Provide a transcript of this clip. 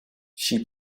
she